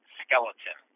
skeleton